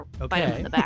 Okay